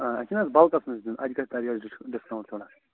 آ اَسہِ چھِنا حظ بلکس منٛز دیُن اَسہِ ڈِسکاوُنٛٹ تھوڑا